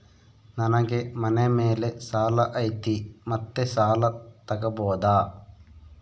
ನನಗೆ ಮನೆ ಮೇಲೆ ಸಾಲ ಐತಿ ಮತ್ತೆ ಸಾಲ ತಗಬೋದ?